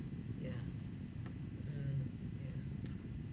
yeah mm yeah